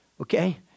Okay